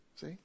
see